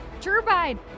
Turbine